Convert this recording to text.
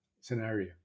scenario